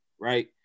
right